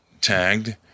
tagged